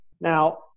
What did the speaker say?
Now